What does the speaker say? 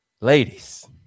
ladies